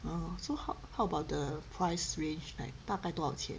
orh so how how about the price range like 大概多少钱